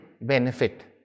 benefit